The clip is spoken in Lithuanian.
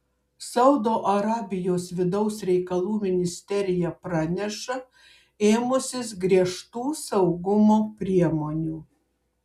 saudo arabijos vidaus reikalų ministerija praneša ėmusis griežtų saugumo priemonių